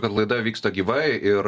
kad laida vyksta gyvai ir